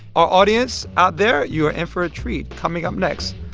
our audience out there, you are in for a treat. coming up next,